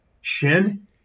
shin